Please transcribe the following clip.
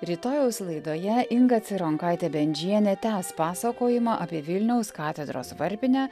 rytojaus laidoje inga cironkaitė bendžienė tęs pasakojimą apie vilniaus katedros varpinę